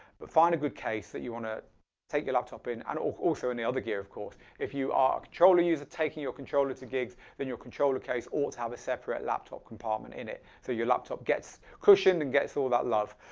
but find a good case that you want to take your laptop in and also any other gear of course. if you are controller user taking your controller to gigs then your controller case ought to have a separate laptop compartment in it so your laptop gets cushioned and gets all that love.